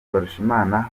mbarushimana